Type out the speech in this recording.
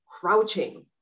crouching